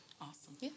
Awesome